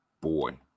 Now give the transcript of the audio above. Boy